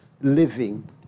living